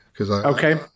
Okay